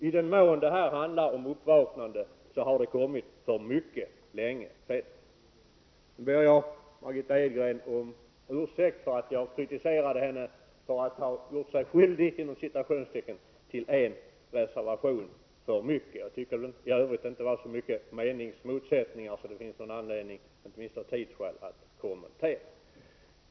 I den mån det handlar om ett uppvaknande, har det kommit för mycket länge sedan. Jag ber Margitta Edgren om ursäkt för att jag kritiserade henne för att ha ''gjort sig skyldig'' till en reservation för mycket. För övrigt tycker jag inte att det på den punkten föreligger så stora meningsmotsättningar att det finns skäl att uppta tiden med att kommentera den saken.